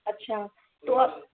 अच्छा तो अब